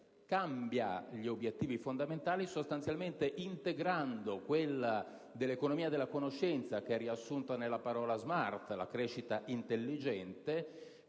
cambia gli obiettivi fondamentali, sostanzialmente integrando quello dell'economia della conoscenza - riassunta nella parola "*smart*" (la crescita intelligente)